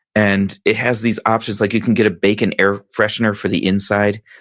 and it has these options like you can get a bacon air freshener for the inside,